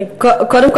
קודם כול,